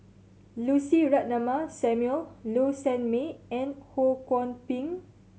Lucy Ratnammah Samuel Low Sanmay and Ho Kwon Ping